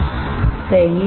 Refer Slide Time 4536 सही